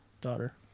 daughter